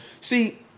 See